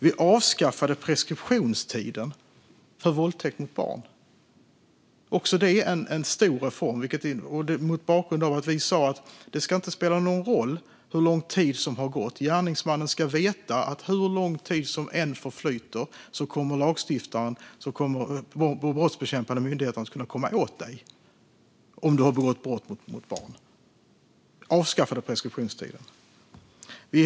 Vi avskaffade preskriptionstiden för våldtäkt mot barn - också detta en stor reform - mot bakgrund av att vi sa att det inte ska spela någon roll hur lång tid som har gått. Gärningsmannen ska veta att hur lång tid som än förflyter kommer lagstiftaren och de brottsbekämpande myndigheterna att kunna komma åt en om man har begått brott mot barn. Avskaffade preskriptionstider är alltså viktigt.